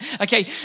Okay